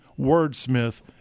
wordsmith